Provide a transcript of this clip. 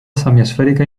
semiesfèrica